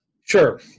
Sure